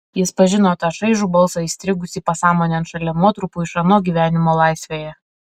jis pažino tą šaižų balsą įstrigusį pasąmonėn šalia nuotrupų iš ano gyvenimo laisvėje